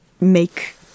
make